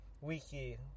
wiki